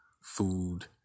food